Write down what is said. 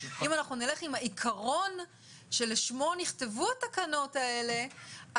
אם אנחנו נלך עם העיקרון שלשמו נכתבו התקנות האלה,